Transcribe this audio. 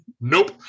nope